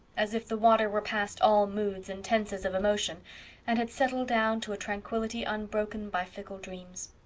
as if the water were past all moods and tenses of emotion and had settled down to a tranquility unbroken by fickle dreams.